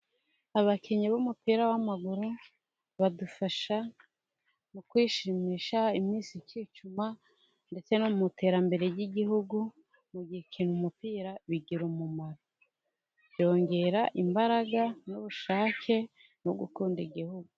Abakinnyi b'umupira w'amaguru badufasha mu kwishimisha iminsi ikicuma, ndetse no mu iterambere ry'igihugu, gukina umupira bigira umumaro. Byongera imbaraga n'ubushake no gukunda igihugu.